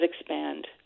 expand